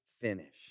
finished